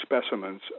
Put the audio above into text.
specimens